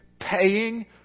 paying